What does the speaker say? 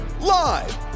live